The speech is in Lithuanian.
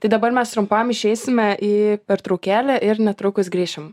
tai dabar mes trumpam išeisime į pertraukėlę ir netrukus grįšim